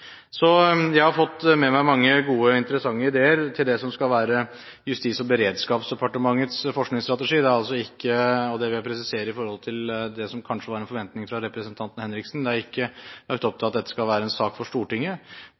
Jeg har fått med meg mange gode og interessante ideer til det som skal være Justis- og beredskapsdepartementets forskningsstrategi. Jeg har altså ikke – og det vil jeg presisere i forhold til det som kanskje var en forventning fra representanten Henriksen – vært opptatt av at dette skal være en sak for Stortinget,